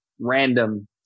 random